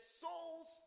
souls